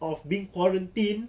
of being quarantined